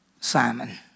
Simon